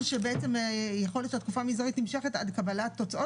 שבעצם יכול להיות שהתקופה המזערית נמשכת עד קבלת תוצאות